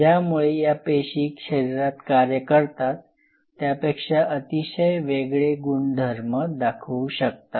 ज्यामुळे या पेशी शरीरात कार्य करतात त्यापेक्षा अतिशय वेगळे गुणधर्म दाखवू शकतात